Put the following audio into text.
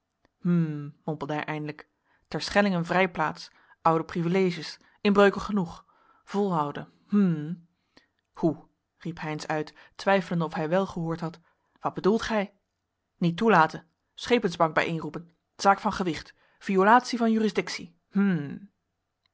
mompelde hij eindelijk terschelling een vrijplaats oude privileges inbreuken genoeg volhouden hm hoe riep heynsz uit twijfelende of hij wel gehoord had wat bedoelt gij niet toelaten schepensbank bijeenroepen zaak van gewicht violatie van jurisdictie hm